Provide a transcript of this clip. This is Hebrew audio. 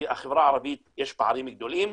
כי בחברה הערבית יש פערים גדולים,